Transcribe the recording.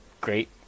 great